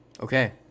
Okay